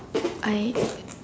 I